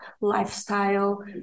lifestyle